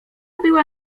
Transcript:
była